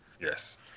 Yes